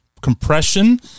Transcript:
compression